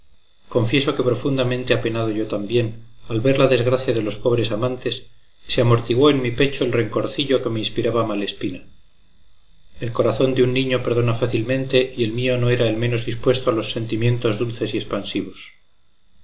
confieso que profundamente apenado yo también al ver la desgracia de los pobres amantes se amortiguó en mi pecho el rencorcillo que me inspiraba malespina el corazón de un niño perdona fácilmente y el mío no era el menos dispuesto a los sentimientos dulces y expansivos